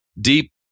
deep